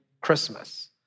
Christmas